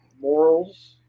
morals